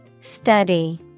Study